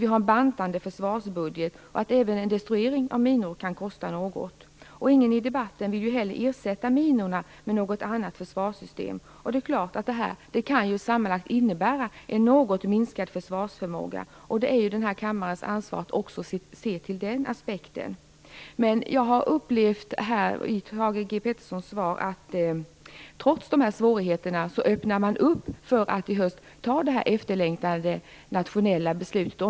Vi har en försvarsbudget som bantas, och även en destruering av minorna kan kosta något. Ingen i debatten vill ersätta minorna med något annat försvarssystem. Det kan ju sammanlagt innebära en något minskad försvarsförmåga, och det är den här kammarens ansvar att också se till den aspekten. Jag har uppfattat Thage G Petersons svar så att man trots dessa svårigheter öppnar för att i höst fatta det här efterlängtade nationella beslutet.